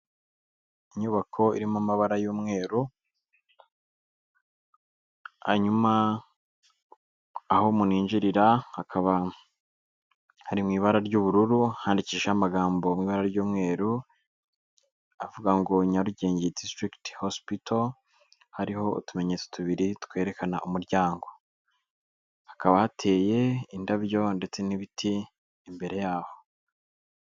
Inyubako irimo amabara y'umweru, hanyuma aho umuti yinjirira hakaba hari mu ibara ry'ubururu handikishije amagambo mu ibara ry'umweru avuga ngo:" Nyarugenge district hospital". Hariho utumenyetso tubiri twerekana umuryango, hakaba hateye indabyo ndetse n'ibiti imbere y'aho.